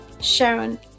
Sharon